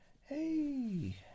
hey